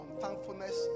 thankfulness